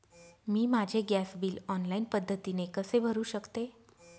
मी माझे gas bill online पद्धतीने कसे भरु शकते?